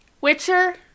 Witcher